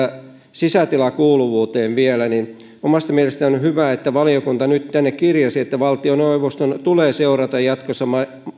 sisätilakuuluvuuteen vielä omasta mielestäni on hyvä että valiokunta nyt tänne kirjasi että valtioneuvoston tulee seurata jatkossa